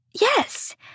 Yes